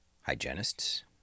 hygienists